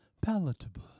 palatable